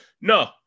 No